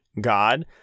God